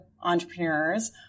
entrepreneurs